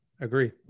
Agree